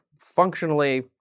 functionally